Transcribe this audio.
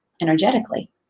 energetically